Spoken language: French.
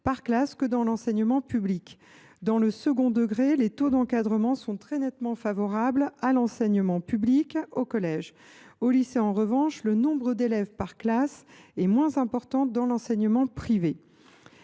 par classe que dans l’enseignement public. Dans le second degré, les taux d’encadrement sont très nettement favorables à l’enseignement public au collège. Au lycée, en revanche, le nombre d’élèves par classe est moins important dans l’enseignement privé.